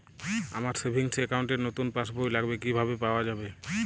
আমার savings account র নতুন পাসবই লাগবে, কিভাবে পাওয়া যাবে?